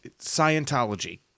Scientology